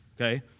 okay